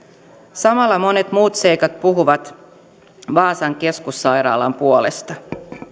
samalla monet muut seikat puhuvat vaasan keskussairaalan puolesta